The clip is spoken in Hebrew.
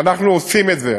ואנחנו עושים את זה.